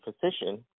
physician